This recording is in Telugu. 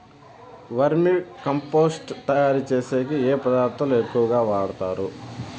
వర్మి కంపోస్టు తయారుచేసేకి ఏ పదార్థాలు ఎక్కువగా వాడుతారు